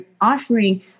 offering